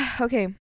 Okay